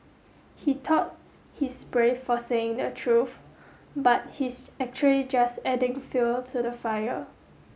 he thought he's brave for saying the truth but he's actually just adding fuel to the fire